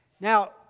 Now